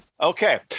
okay